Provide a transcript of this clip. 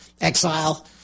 exile